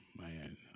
man